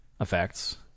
effects